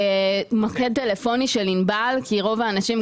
מוקד טלפוני של ענבל כי רוב האנשים,